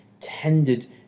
tended